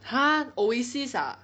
!huh! Oasis ah